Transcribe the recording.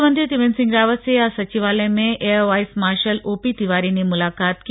मुख्यमंत्री त्रिवेन्द्र सिंह रावत से आज सचिवालय में एअर वाइस मार्शल ओपीतिवारी ने मुलाकात की